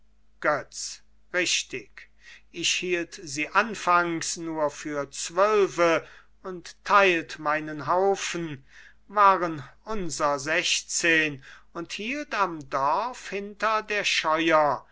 richtig ich hielt sie anfangs nur für zwölfe und teilt meinen haufen waren unser sechzehn und hielt am dorf hinter der